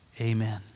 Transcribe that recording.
Amen